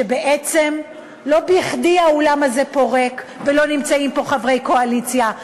שבעצם לא בכדי האולם הזה פה ריק ולא נמצאים פה חברי קואליציה.